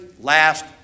last